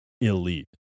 Elite